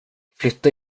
flytta